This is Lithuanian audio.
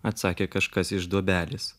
atsakė kažkas iš duobelės